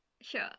Sure